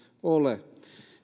ole